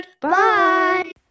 Bye